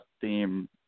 theme